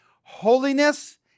Holiness